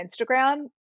Instagram